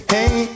Hey